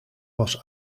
was